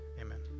Amen